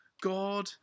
God